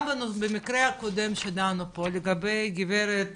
גם במקרה הקודם שדנו פה לגבי גברת